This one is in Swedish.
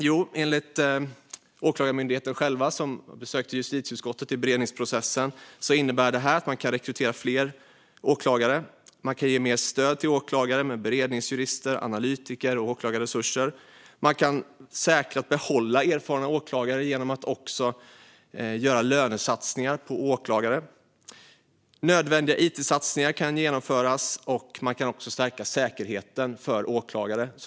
Jo, enligt Åklagarmyndigheten, som besökt justitieutskottet under beredningsprocessen, innebär detta att det går att rekrytera fler åklagare, ge mer stöd till åklagare med hjälp av beredningsjurister, analytiker och åklagarresurser. Man kan säkra att erfarna åklagare stannar genom att göra lönesatsningar på åklagare. Nödvändiga it-satsningar kan genomföras, och man kan också stärka säkerheten för åklagare.